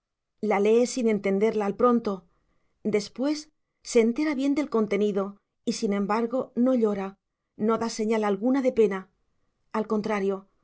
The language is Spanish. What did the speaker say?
la lee sin entenderla al pronto después se entera bien del contenido y sin embargo no llora no da señal alguna de pena al contrario